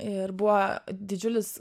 ir buvo didžiulis